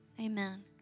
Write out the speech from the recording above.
Amen